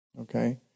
okay